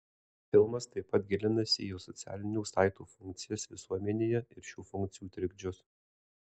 filmas taip pat gilinasi į socialinių saitų funkcijas visuomenėje ir šių funkcijų trikdžius